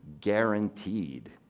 guaranteed